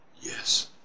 Yes